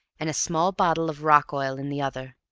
and a small bottle of rock-oil in the other.